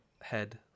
head